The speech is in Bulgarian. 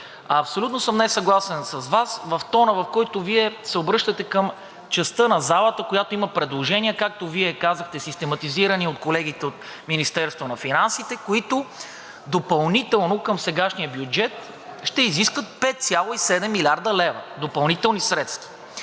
Абсолютно съм несъгласен с Вас в тона, с който Вие се обръщате към частта на залата, която има предложения, както Вие казахте, систематизирани от колегите от Министерството на финансите, които допълнително към сегашния бюджет ще изискват 5,7 млрд. лв. допълнителни средства.